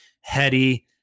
heady